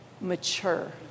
mature